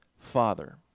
Father